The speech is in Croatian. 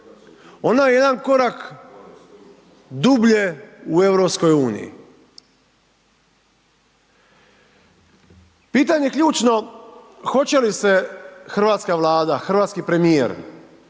ona je jedan korak dublje u EU. Pitanje ključno, hoće li se hrvatska Vlada, hrvatski premijer